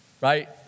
right